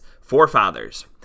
forefathers